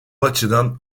açıdan